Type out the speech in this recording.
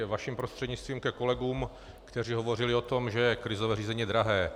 Vašim prostřednictvím ke kolegům, kteří hovořili o tom, že krizové řízení je drahé.